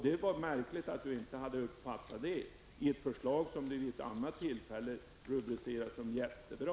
Det är märkligt att Åsa Domeij inte uppfattat den punkten i det förslag som hon beskrev som ''jättebra''.